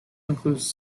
includes